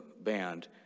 band